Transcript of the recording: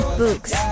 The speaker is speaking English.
books